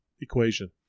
equation